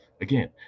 Again